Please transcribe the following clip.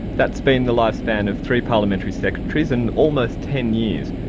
that's been the lifespan of three parliamentary secretaries in almost ten years.